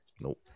nope